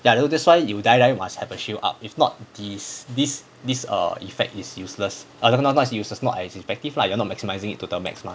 ya lor that's why you die die must have a shield up if not this this this err effect is useless err okay not it's useless it's not as effective lah you're not maximising it to the max mah